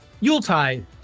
Yuletide